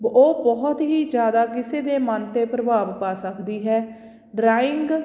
ਉਹ ਬਹੁਤ ਹੀ ਜ਼ਿਆਦਾ ਕਿਸੇ ਦੇ ਮਨ 'ਤੇ ਪ੍ਰਭਾਵ ਪਾ ਸਕਦੀ ਹੈ ਡਰਾਇੰਗ